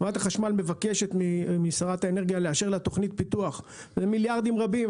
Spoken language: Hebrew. חברת החשמל מבקשת משרת האנרגיה לאשר לה תוכנית פיתוח של מיליארדים רבים,